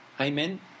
Amen